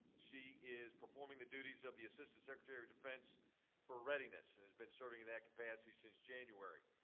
she is performing the duties of the assistant secretary of defense for readiness and has been serving in that capacity since january.